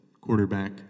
quarterback